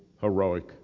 heroic